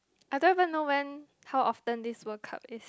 I don't even know when how often this World Cup is